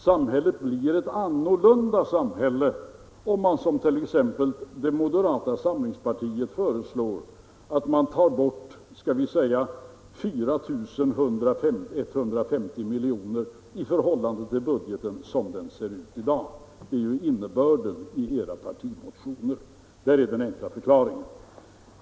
Det blir ett annorlunda samhälle om man, som t.ex. moderata samlingspartiet föreslår, tar bort 4150 milj.kr. i förhållande till budgeten som den ser ut i dag. Det är ju innebörden i era partimotioner. Där är den enkla förklaringen.